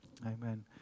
Amen